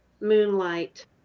moonlight